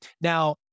Now